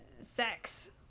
sex